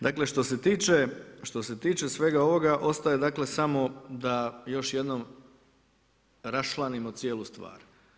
Dakle, što se tiče svega ovoga, ostaje dakle, samo da još jednom raščlanimo samo jednu stvar.